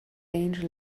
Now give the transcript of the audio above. angel